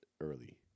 early